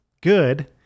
good